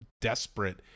desperate